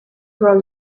grow